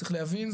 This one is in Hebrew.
צריך להבין,